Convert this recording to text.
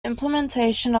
implementation